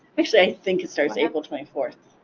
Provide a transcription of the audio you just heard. actually, i think it starts april twenty fourth.